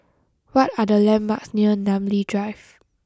what are the landmarks near Namly Drive